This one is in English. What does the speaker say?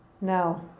No